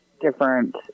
different